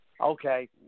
Okay